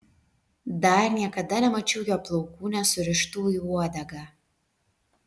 dar niekada nemačiau jo plaukų nesurištų į uodegą